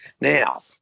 Now